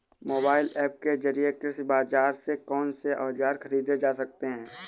Mobile app के जरिए कृषि बाजार से कौन से औजार ख़रीदे जा सकते हैं?